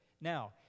Now